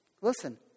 Listen